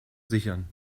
sichern